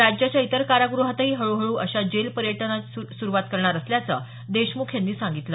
राज्याच्या इतर कारागृहातही हळूहळू अशा जेल पर्यटन सुरु करणार असल्याचं देशमुख यांनी सांगितलं